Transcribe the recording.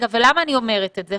למה אני אומרת את זה?